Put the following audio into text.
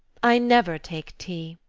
i never take tea.